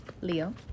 Leo